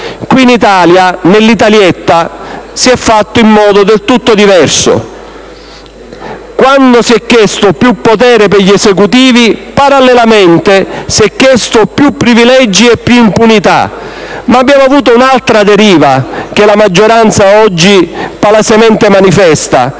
Qui in Italia, nell'Italietta, si è fatto in modo del tutto diverso. Quando si è chiesto più potere per gli Esecutivi, parallelamente si sono chiesti più privilegi e più impunità, ma abbiamo avuto un'altra deriva, che la maggioranza oggi palesemente manifesta,